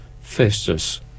Festus